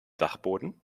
dachboden